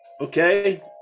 Okay